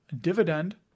dividend